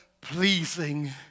pleasing